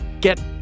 get